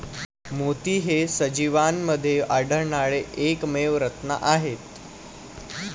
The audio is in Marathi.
मोती हे सजीवांमध्ये आढळणारे एकमेव रत्न आहेत